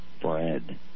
bread